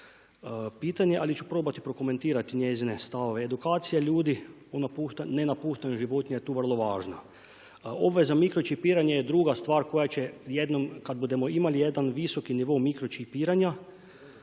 ali ću probati prokomentirati njezine stavove. Edukacija ljudi o nenapuštanju životinja tu je vrlo važna. Obveza mikročipiranja je druga stvar koja će jednom kada budemo imali jedan visoki nivo mikročipiranja